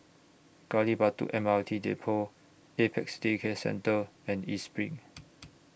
Gali Batu M R T Depot Apex Day Care Centre and East SPRING